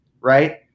Right